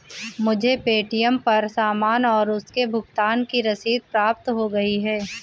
मुझे पे.टी.एम पर सामान और उसके भुगतान की रसीद प्राप्त हो गई है